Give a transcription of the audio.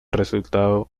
resultado